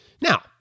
Now